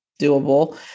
doable